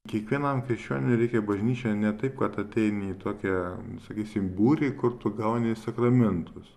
kiekvienam krikščioniui reikia į bažnyčią ne taip kad ateini į tokią sakysim būrį kur tu gauni sakramentus